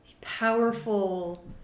powerful